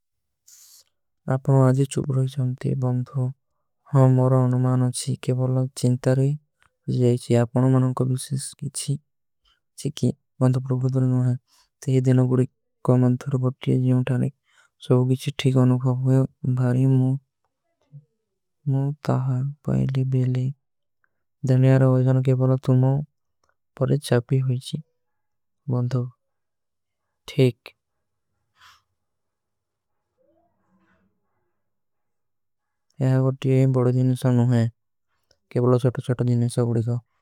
ଆପନୋଂ ଆଜେ ଚୁପ ରହେ ସମତେ ବଂଧୋ। ହମ ଔର ଆନୁ ମାନ ହୈଂ କ୍ଯେ ପଲଲା। ଚିନ୍ତାର ହୈ ଜୈସେ ଆପନୋଂ ମାନ କଭୀ ଶେସ। କେଛୀ ଚିକୀ ବଂଧୋ। ପ୍ରଭୁଦର ନହୀଂ ହୈ ତେହେ। ଦେନୋଂ ଗୁଡୀ କାମାଂତ୍ର ବଡତୀ ହୈ। ଜିଯୋଂ ଟାଲେକ।